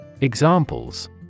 Examples